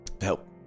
help